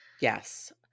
Yes